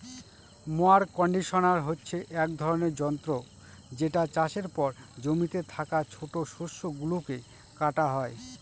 mower conditioner হচ্ছে এক ধরনের যন্ত্র যেটা চাষের পর জমিতে থাকা ছোট শস্য গুলোকে কাটা হয়